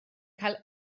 cael